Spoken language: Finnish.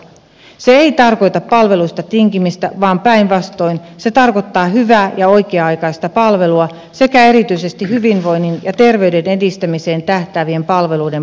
se ei tarkoita palveluista tinkimistä vaan päänvastoin se tarkoittaa hyvää ja oikea aikaista palvelua sekä erityisesti hyvinvoinnin ja terveyden edistämiseen tähtäävien palveluiden painottamista